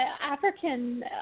African